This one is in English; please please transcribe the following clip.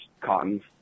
Cottons